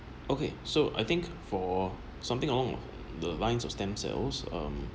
okay so I think for something along the lines of stem cells um